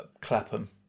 Clapham